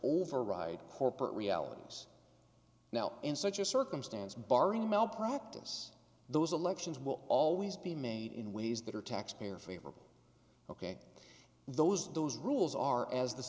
override corporate realities now in such a circumstance barring malpractise those elections will always be made in ways that are taxpayer favorable ok those those rules are as the